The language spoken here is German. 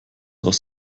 aus